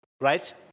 Right